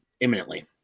imminently